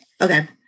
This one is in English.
Okay